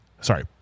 Sorry